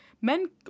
Men